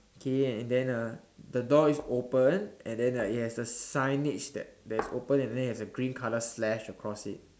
okay and then uh the door is open and then like it has a signage that that it's open and then there's a green colour slash across it